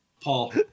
Paul